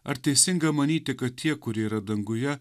ar teisinga manyti kad tie kurie yra danguje